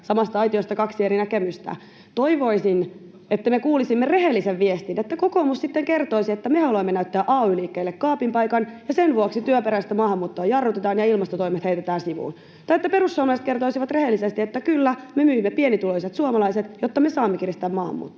samasta aitiosta kaksi eri näkemystä. Toivoisin, että me kuulisimme rehellisen viestin, että kokoomus sitten kertoisi, että me haluamme näyttää ay-liikkeelle kaapin paikan ja sen vuoksi työperäistä maahanmuuttoa jarrutetaan ja ilmastotoimet heitetään sivuun. Tai että perussuomalaiset kertoisivat rehellisesti, että kyllä, me myymme pienituloiset suomalaiset, jotta me saamme kiristää maahanmuuttoa.